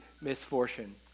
misfortune